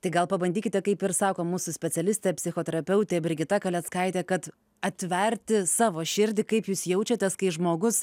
tai gal pabandykite kaip ir sako mūsų specialistė psichoterapeutė brigita kaleckaitė kad atverti savo širdį kaip jūs jaučiatės kai žmogus